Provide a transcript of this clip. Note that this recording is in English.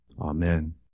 Amen